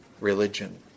religion